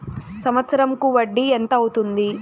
సంవత్సరం కు వడ్డీ ఎంత అవుతుంది?